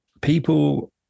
people